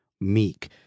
meek